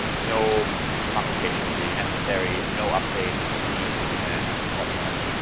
no computation really necessary, no updates to any of the units whatsoever.